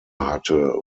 hatte